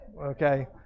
Okay